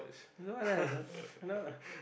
no lah no